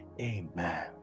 Amen